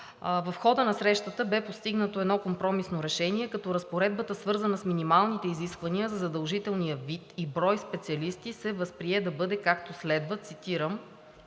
В хода на срещата бе постигнато едно компромисно решение, като разпоредбата, свързана с минималните изисквания за задължителния вид и брой специалисти се възприе да бъде, както следва, цитирам: